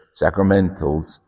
sacramentals